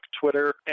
Twitter